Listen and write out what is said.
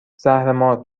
زهرمار